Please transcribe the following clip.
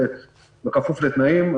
בכפוף לתנאים האתיים,